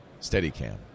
Steadicam